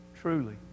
Truly